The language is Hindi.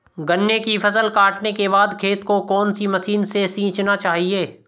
गन्ने की फसल काटने के बाद खेत को कौन सी मशीन से सींचना चाहिये?